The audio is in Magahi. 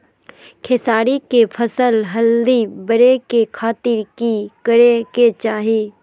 खेसारी के फसल जल्दी बड़े के खातिर की करे के चाही?